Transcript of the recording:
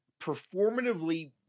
performatively